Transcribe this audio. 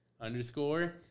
Underscore